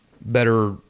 better